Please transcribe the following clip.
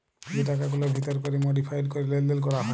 যে টাকাগুলার ভিতর ক্যরে মডিফায়েড ক্যরে লেলদেল ক্যরা হ্যয়